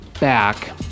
back